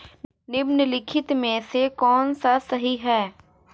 निम्नलिखित में से कौन सा सही है?